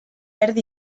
erdi